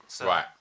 right